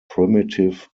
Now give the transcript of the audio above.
primitive